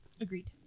Agreed